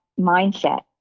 mindset